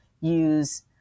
use